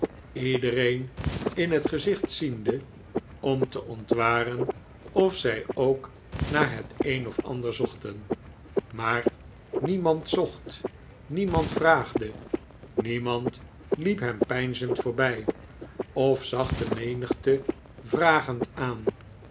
iedereen in het gezicht ziende om te ontwaren of zij ook naarhet een of ander zochten maar niemand zocht niemand vraagde niemand liep hem peinzend voorbij of zag de menigte vragend aan